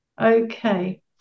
Okay